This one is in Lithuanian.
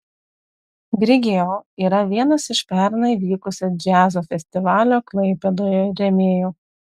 grigeo yra vienas iš pernai vykusio džiazo festivalio klaipėdoje rėmėjų